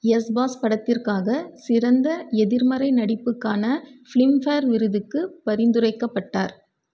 yes boss படத்திற்காக சிறந்த எதிர்மறை நடிப்புக்கான பிலிம்ஃபேர் விருதுக்கு பரிந்துரைக்கப்பட்டார்